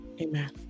Amen